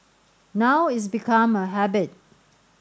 now it's become a habit